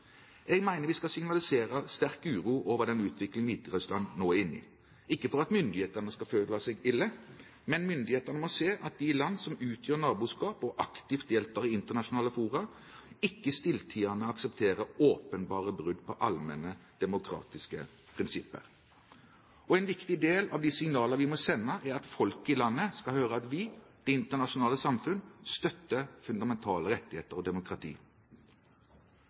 Jeg mener vi skal signalisere sterk uro over den utvikling Hviterussland nå er inne i – ikke for at myndighetene skal føle seg ille, men myndighetene må se at de land som utgjør naboskap og aktivt deltar i internasjonale fora, ikke stilltiende aksepterer åpenbare brudd på allmenne demokratiske prinsipper. En viktig del av de signaler vi må sende, er at folk i landet skal høre at vi, det internasjonale samfunn, støtter fundamentale rettigheter og demokrati.